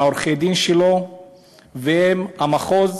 עם עורכי-הדין שלו ועם המחוז,